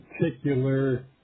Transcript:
particular